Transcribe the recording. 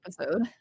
episode